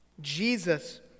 Jesus